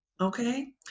Okay